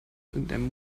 irgendeinem